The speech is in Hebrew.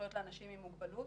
עם מוגבלות,